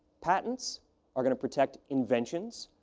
patents are going to protect inventions,